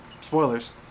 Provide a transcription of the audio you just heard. Spoilers